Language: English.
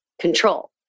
Control